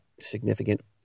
significant